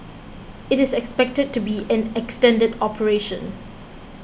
it is expected to be an extended operation